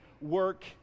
work